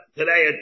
today